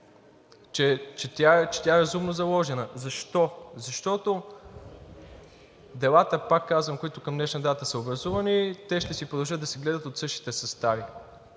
че тя е разумно заложена. Защо? Защото делата, пак казвам, които към днешна дата са образувани, те ще си продължат да се гледат от същите състави.